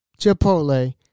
Chipotle